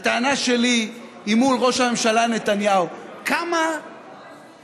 הטענה שלי היא מול ראש הממשלה נתניהו: כמה אפשר